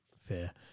Fair